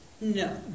No